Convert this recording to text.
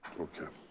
okay.